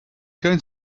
going